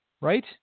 Right